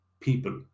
people